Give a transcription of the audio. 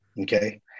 okay